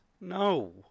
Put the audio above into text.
No